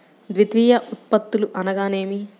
ద్వితీయ ఉత్పత్తులు అనగా నేమి?